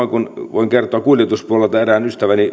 voin kertoa kuljetuspuolelta erään